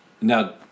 Now